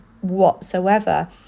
whatsoever